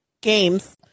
games